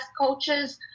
coaches